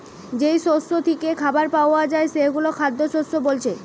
যেই শস্য থিকে খাবার পায়া যায় সেগুলো খাদ্যশস্য বোলছে